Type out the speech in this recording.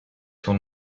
son